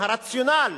הרציונל.